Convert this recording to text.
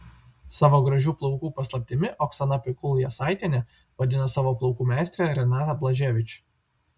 savo gražių plaukų paslaptimi oksana pikul jasaitienė vadina savo plaukų meistrę renatą blaževič